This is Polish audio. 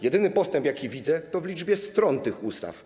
Jedyny postęp, jaki widzę, to postęp w liczbie stron tych ustaw.